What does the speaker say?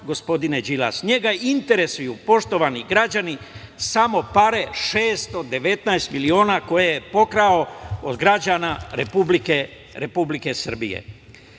gospodine Đilas? Njega interesuju, poštovani građani samo pare, 619 miliona koje je pokrao od građana Republike Srbije. Da